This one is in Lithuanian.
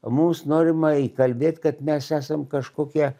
mums norima įkalbėt kad mes esam kažkokie